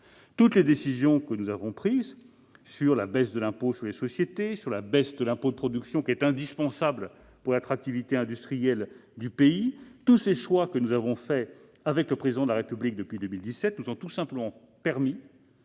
Toutes les décisions que nous avons prises- baisse de l'impôt sur les sociétés, baisse de l'impôt de production, indispensable pour l'attractivité industrielle du pays -, tous les choix que nous avons faits avec le Président de la République depuis 2017 nous ont permis